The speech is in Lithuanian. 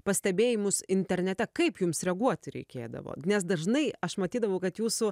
pastebėjimus internete kaip jums reaguoti reikėdavo nes dažnai aš matydavau kad jūsų